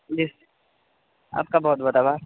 जी आपका बहुत बहुत आभार